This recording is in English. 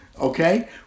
okay